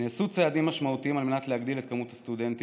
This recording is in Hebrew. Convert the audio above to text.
נעשו צעדים משמעותיים להגדיל את מספר הסטודנטים.